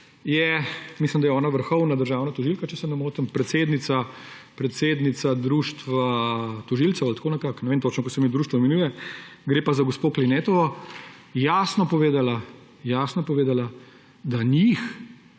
je, mislim, da je ona vrhovna državna tožilka, če se ne motim, predsednica društva tožilcev, tako nekako, ne vem točno, kako se društvo imenuje, gre pa za gospo Klinetovo, jasno povedala, da njih